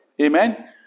Amen